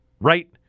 right